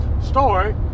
story